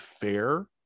fair